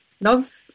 love